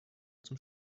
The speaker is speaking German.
zum